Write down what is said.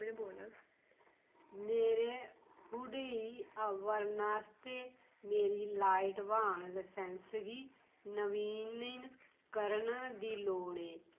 मेरे Hyundai Verna आस्तै मेरी लाइट वाहन लाइसैंस गी नवीनीकरण दी लोड़ ऐ